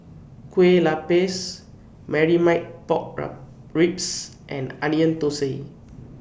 Kuih Lopes Marmite Pork Ribs and Onion Thosai